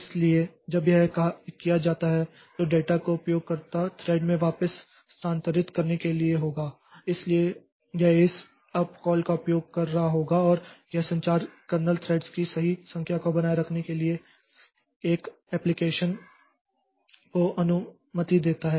इसलिए जब यह किया जाता है तो यह डेटा को उपयोगकर्ता थ्रेड में वापस स्थानांतरित करने के लिए होगा इसलिए यह इस अप कॉल का उपयोग कर रहा होगा और यह संचार कर्नेल थ्रेड्स की सही संख्या को बनाए रखने के लिए एक एप्लिकेशन को अनुमति देता है